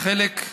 עצמי חלק ממנה